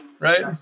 right